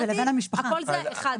מבחינתי הכל זה אחד.